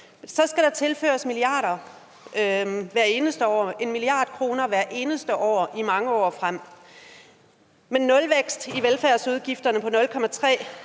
Så skal der tilføres milliarder. Der skal tilføres 1 mia. kr. hvert eneste år i mange år frem. Med lavvækst i velfærdsudgifterne på 0,3